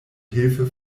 hilfe